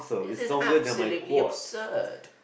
this is absolutely absurd